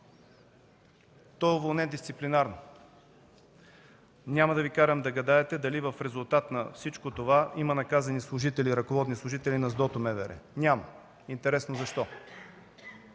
Той е уволнен дисциплинарно. Няма да Ви карам да гадаете дали в резултат на всичко това има наказани ръководни служители на СДОТО – МВР. Няма, интересно защо?!